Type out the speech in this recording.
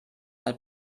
mal